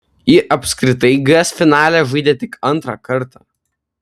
ji apskritai gs finale žaidė tik antrą kartą